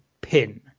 pin